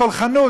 כל חנות,